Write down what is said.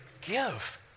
Give